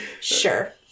Sure